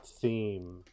Theme